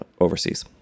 overseas